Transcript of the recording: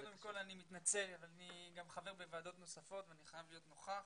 אני מתנצל אבל אני חבר בוועדות נוספות ואני חייב להיות נוכח.